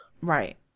Right